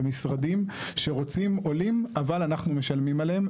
למשרדים שרוצים עולים אבל אנחנו משלמים עליהם,